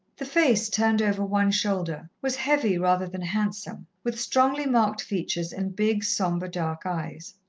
the face, turned over one shoulder, was heavy rather than handsome, with strongly marked features and big, sombre, dark eyes.